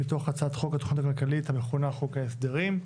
מתוך הצעת חוק התוכנית הכלכלית המכונה חוק ההסדרים.